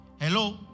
Hello